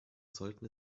sollten